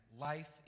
Life